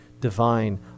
divine